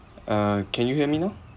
uh can you hear me now